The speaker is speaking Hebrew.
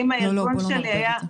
לא, לא, בוא לא נערבב את זה.